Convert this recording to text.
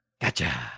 Gotcha